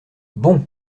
bon